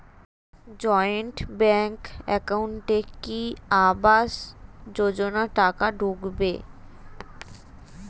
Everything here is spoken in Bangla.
জয়েন্ট ব্যাংক একাউন্টে কি আবাস যোজনা টাকা ঢুকবে?